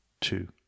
Two